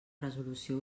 resolució